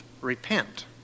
repent